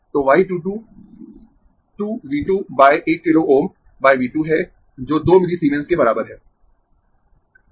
तो y 2 2 2 V 2 1 kilo Ω V 2 है जो 2 मिलीसीमेंस के बराबर है